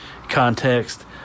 context